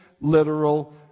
literal